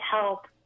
help